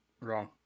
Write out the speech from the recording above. Wrong